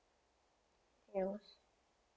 yes